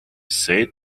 said